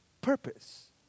purpose